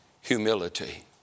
humility